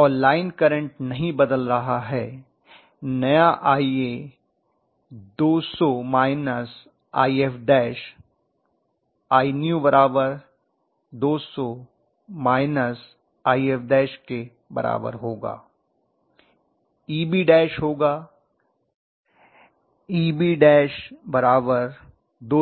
और line current नहीं बदल रहा है नया Ia 200 minus If lanew 200 If के बराबर होगा